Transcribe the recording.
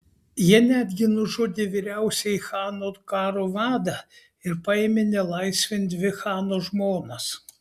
jie netgi nužudė vyriausiąjį chano karo vadą ir paėmė nelaisvėn dvi chano žmonas